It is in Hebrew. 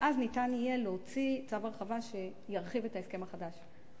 ואז ניתן יהיה להוציא צו הרחבה שירחיב את ההסכם החדש.